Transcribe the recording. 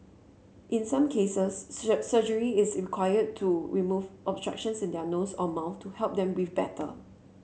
in some cases surgery is required to remove obstructions in their nose or mouth to help them breathe better